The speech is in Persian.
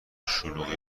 شلوغی